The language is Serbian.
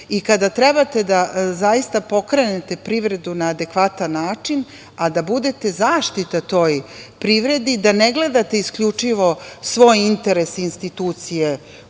i kada trebate da zaista pokrenete privredu na adekvatan način, a da budete zaštita toj privredi, da ne gledate isključivo svoj interes institucije